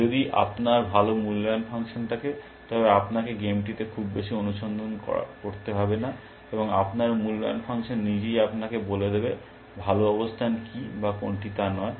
যদি আপনার ভাল মূল্যায়ন ফাংশন থাকে তবে আপনাকে গেমটিতে খুব বেশি অনুসন্ধান করতে হবে না এবং আপনার মূল্যায়ন ফাংশন নিজেই আপনাকে বলে দেবে ভাল অবস্থান কী বা কোনটি তা নয়